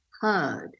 heard